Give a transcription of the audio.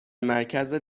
مرکز